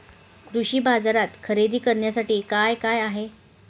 कृषी बाजारात खरेदी करण्यासाठी काय काय आहे?